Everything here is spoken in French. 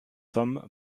somme